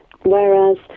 Whereas